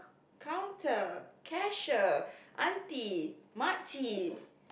counter cashier auntie makcik